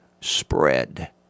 spread